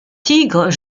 tigres